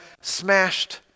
smashed